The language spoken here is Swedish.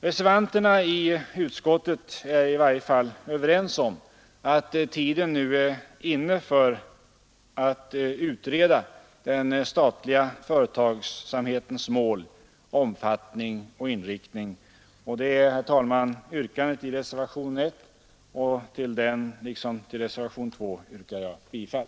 Reservanterna i utskottet är i varje fall överens om att tiden nu är inne för att utreda den statliga företagsamhetens mål, omfattning och inriktning. Det är, herr talman, yrkandet i reservationen 1. Till den liksom till reservationen 2 yrkar jag bifall.